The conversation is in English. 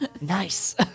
Nice